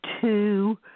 two